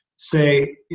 say